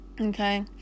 okay